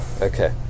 okay